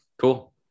Cool